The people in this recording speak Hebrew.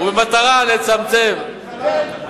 ובמטרה לצמצם,